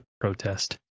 protest